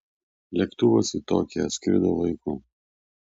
lėktuvas į tokiją atskrido laiku